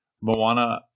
moana